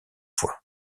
voies